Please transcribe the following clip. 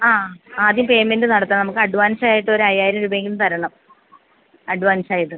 ആ ആദ്യം പേയ്മെൻറ്റ് നടത്താം നമുക്ക് അഡ്വാൻസ് ആയിട്ട് ഒരു അയ്യായിരം രൂപയെങ്കിലും തരണം അഡ്വാൻസ് ആയിട്ട്